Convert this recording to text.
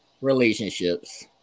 relationships